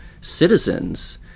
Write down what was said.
citizens